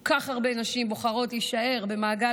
כל כך הרבה נשים בוחרות להישאר במעגל